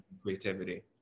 creativity